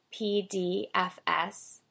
PDFS